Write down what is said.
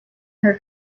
her